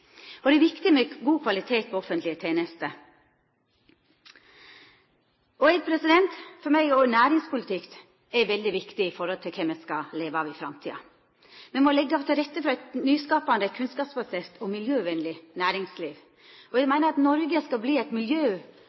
arbeid. Det er viktig med god kvalitet på offentlege tenester. For meg er òg næringspolitikk veldig viktig med tanke på kva me skal leva av i framtida. Me må leggja til rette for eit nyskapande, kunnskapsbasert og miljøvenleg næringsliv. Eg meiner at Noreg må verta eit